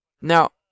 Now